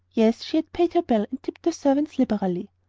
yes, she had paid her bill and tipped the servants liberally.